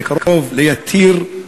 שקרוב ליתיר,